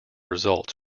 results